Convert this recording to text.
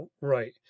right